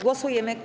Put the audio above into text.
Głosujemy.